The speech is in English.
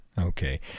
Okay